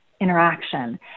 interaction